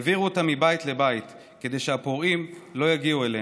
העבירו אותם מבית לבית כדי שהפורעים לא יגיעו אליהם,